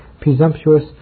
presumptuous